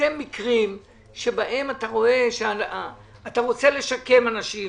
אלו מקרים שבהם אתה רוצה לשקם אנשים,